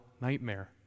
nightmare